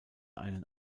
einen